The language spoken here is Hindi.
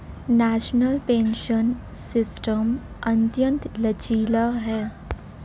नेशनल पेंशन सिस्टम अत्यंत लचीला है